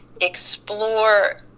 explore